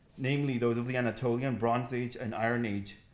namely those of the anatolian bronze age and iron age,